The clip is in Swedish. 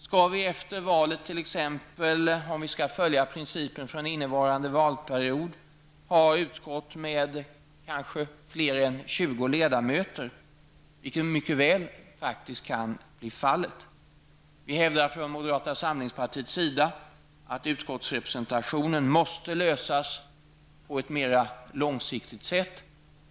Skall vi efter valet t.ex. ha utskott med kanske fler än 20 ledamöter, vilket mycket väl kan bli fallet om vi skall följa principen från innevarande valperiod? Vi hävdar från moderata samlingspartiets sida att frågan om utskottsrepresentationen måste lösas på ett mera långsiktigt sätt.